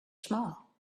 small